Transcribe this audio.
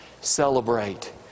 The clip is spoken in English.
celebrate